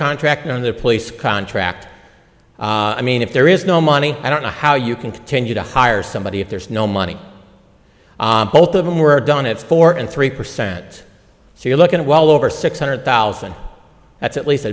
contract on their police contract i mean if there is no money i don't know how you can continue to hire somebody if there's no money both of them were done at four and three percent so you're looking at well over six hundred thousand that's at least